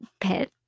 pet